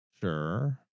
Sure